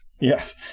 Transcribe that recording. Yes